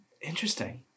Interesting